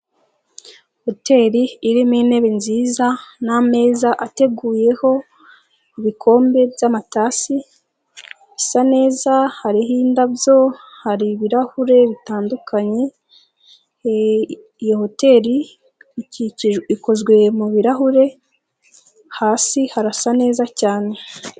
Hoteri irimo intebe nziza, n'ameza ateguyeho ibikombe by'amatasi, bisa neza, hariho indabyo, hari ibirahure bitandukanye, iyo hoteri ikozwe mubirarahure, hasi harasa neza cyane.